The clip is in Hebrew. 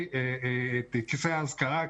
בבקשה,